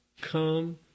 come